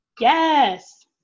yes